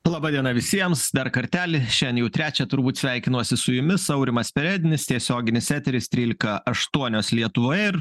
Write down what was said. laba diena visiems dar kartelį šiandien jau trečią turbūt sveikinuosi su jumis aurimas perednis tiesioginis eteris trylika aštuonios lietuvoje ir